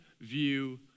view